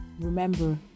Remember